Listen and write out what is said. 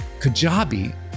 Kajabi